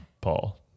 Paul